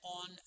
on